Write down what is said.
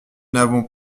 n’avons